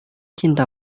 cinta